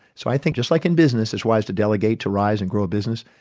so i think just like in business, it's wise to delegate to rise and grow a business,